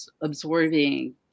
absorbing